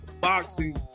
boxing